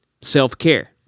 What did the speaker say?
self-care